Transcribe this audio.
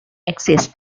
exist